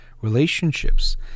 relationships